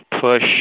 push